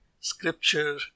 scripture